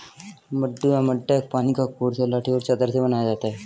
मड्डू या मड्डा एक पानी का कोर्स है लाठी और चादर से बनाया जाता है